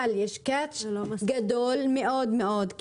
אבל יש קאץ' גדול מאוד מאוד,